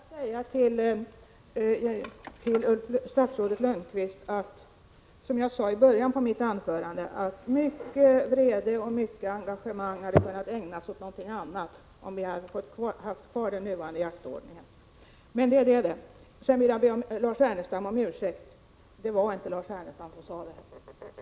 Fru talman! Får jag säga till statsrådet Ulf Lönnqvist som jag sade i början av mitt anförande: Mycken vrede och mycket engagemang hade kunnat ägnas åt någonting annat om vi hade fått ha kvar den nuvarande jaktordningen. Sedan vill jag be Lars Ernestam om ursäkt — det var inte han som sade det där om att stå med mössan i hand.